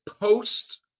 post